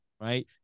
right